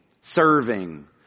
serving